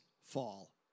fall